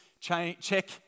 Check